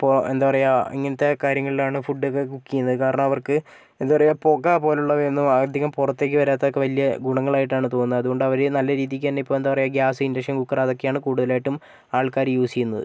ഇപ്പോൾ എന്താ പറയാ ഇങ്ങിനത്തെ കാര്യങ്ങളിലാണ് ഫുഡൊക്കെ കുക്ക് ചെയ്യുന്നത് കാരണം അവർക്ക് എന്താ പറയാ പുക പോലുള്ളവയൊന്നും അധികം പുറത്തേക്ക് വരാത്തയൊക്കെ വലിയ ഗുണങ്ങളായിട്ടാണ് തോന്നുക അതുകൊണ്ട് അവർ നല്ല രീതിക്ക് തന്നെയിപ്പോൾ എന്താ പറയാ ഗ്യാസ് ഇൻഡക്ഷൻ കുക്കറ് അതൊക്കെയാണ് കൂടുതലായിട്ടും ആൾക്കാർ യൂസ് ചെയ്യുന്നത്